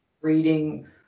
Reading